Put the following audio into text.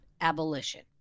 abolition